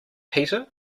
peter